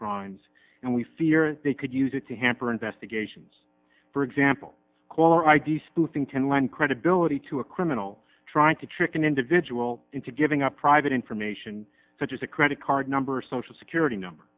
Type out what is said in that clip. crimes and we fear they could use it to hamper investigations for example caller id spoofing can lend credibility to a criminal trying to trick an individual into giving up private information such as a credit card number social security number